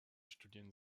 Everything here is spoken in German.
studien